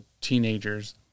teenagers